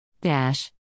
Dash